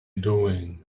doing